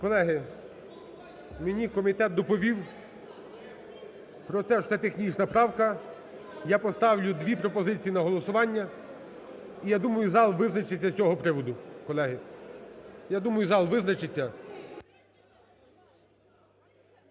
Колеги, мені комітет доповів про те, що це технічна правка. Я поставлю дві пропозиції на голосування, і я думаю, зал визначиться з цього приводу. Колеги, я думаю, зал визначиться.